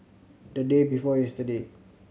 the day before yesterday